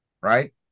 right